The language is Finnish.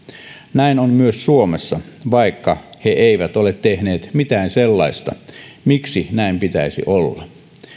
näin on myös suomessa vaikka he eivät ole tehneet mitään sellaista miksi näin pitäisi olla